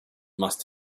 must